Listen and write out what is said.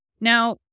Now